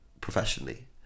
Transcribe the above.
professionally